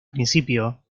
principio